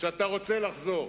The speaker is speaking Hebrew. שאתה רוצה לחזור.